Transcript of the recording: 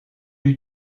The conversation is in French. eut